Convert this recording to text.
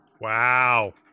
Wow